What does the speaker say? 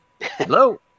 Hello